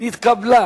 נתקבל.